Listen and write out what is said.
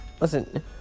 Listen